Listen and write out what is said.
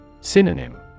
Synonym